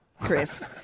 Chris